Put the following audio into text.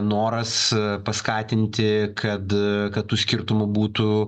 noras paskatinti kad kad tų skirtumų būtų